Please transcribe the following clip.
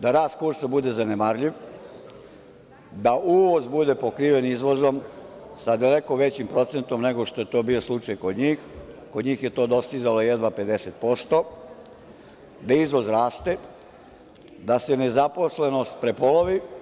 da rast kursa bude zanemarljiv, da uvoz bude pokriven izvozom sa daleko većim procentom nego što je to bio slučaj kod njih, kod njih je to dostizalo jedva 50%, da se nezaposlenost prepolovi.